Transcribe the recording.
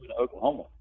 Oklahoma